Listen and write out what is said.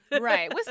Right